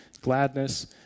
gladness